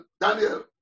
Daniel